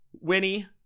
Winnie